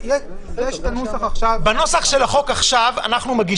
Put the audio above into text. לנושא של החלת